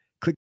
Click